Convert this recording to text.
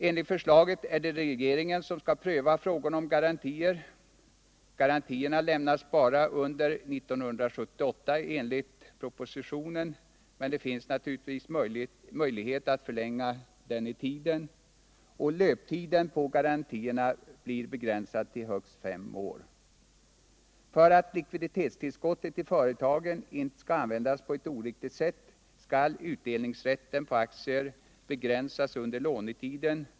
Enligt förslaget i propositionen är det regeringen som skall pröva frågor om garantier. Garantierna lämnas bara under 1978, men det finns naturligtvis möjlighet att förlänga dem. Löptiden på garantierna blir begränsad till högst fem år. För att likviditetstillskottet i företagen inte skall användas på ett oriktigt sätt skall utdelningsrätten på aktier begränsas under lånetiden.